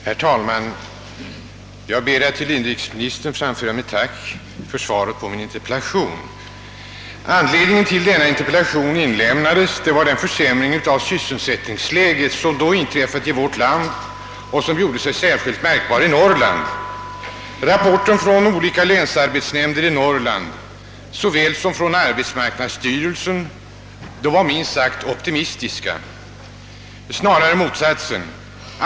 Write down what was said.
Herr talman! Jag ber att till inrikesministern få framföra mitt tack för sva ret på min interpellation. Anledningen till att denna framställdes var den försämring av sysselsättningsläget, som då inträffat i vårt land och som gjort sig särskilt märkbar i Norrland. Rapporterna från olika länsarbetsnämnder i Norrland såväl som från arbetsmarknadsstyrelsen var inte optimistiska, snarare motsatsen.